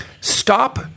stop